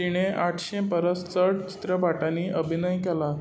तिणें आठशें परस चड चित्रपटांनी अभिनय केला